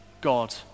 God